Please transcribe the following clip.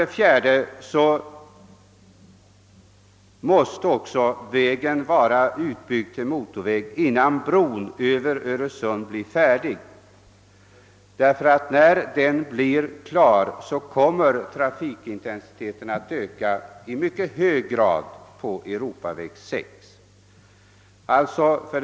Ett fjärde krav är att vägen måste vara utbyggd till motorväg innan bron över Öresund blir färdig, ty därefter kommer trafiken att öka mycket kraftigt på Europaväg 6.